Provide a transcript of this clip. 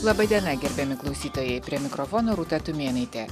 laba diena gerbiami klausytojai prie mikrofono rūta tumėnaitė